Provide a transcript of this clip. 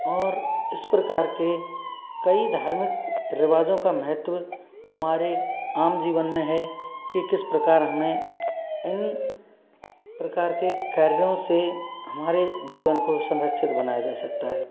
और इस प्रकार के कई धार्मिक रिवाज़ों का महत्व हमारे आम जीवन में है कि किस प्रकार हमें इन प्रकार के कार्यों से हमारे जीवन को संरक्षित बनाया जा सकता है